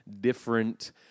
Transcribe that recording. different